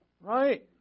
Right